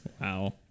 Wow